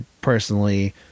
personally